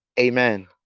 Amen